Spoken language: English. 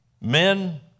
Men